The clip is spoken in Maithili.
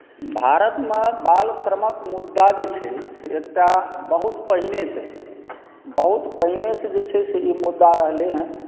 भारतमे बाल श्रमक मुद्दा जे छै से एकटा बहुत पहिनेसँ बहुत पहिनेसँ जे छै से ई मुद्दा रहलै हँ